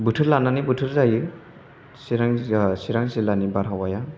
बोथोर लानानै बोथोर जायो सिरां सिरां जिल्लानि बार हावाया